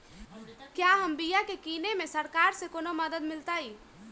क्या हम बिया की किने में सरकार से कोनो मदद मिलतई?